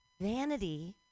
Vanity